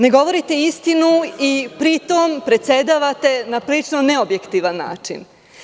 Ne govorite istinu i pri tom predsedavate na prilično neobjektivan način.